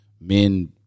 men